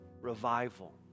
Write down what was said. revival